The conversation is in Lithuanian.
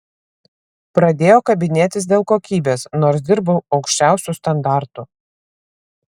pradėjo kabinėtis dėl kokybės nors dirbau aukščiausiu standartu